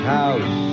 house